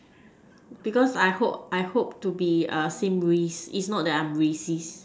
because I hope I hope to be uh same race it's not that I'm racist